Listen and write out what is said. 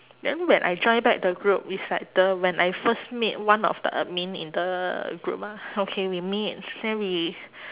then when I join back the group is like the when I first meet one of the admin in the group ah okay we meet then we